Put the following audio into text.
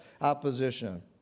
opposition